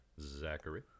Zachary